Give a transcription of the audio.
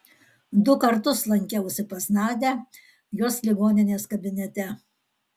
du kartus lankiausi pas nadią jos ligoninės kabinete